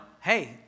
hey